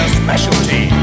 specialty